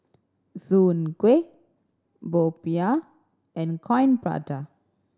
Soon Kuih popiah and Coin Prata